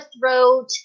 throat